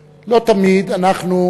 בטח.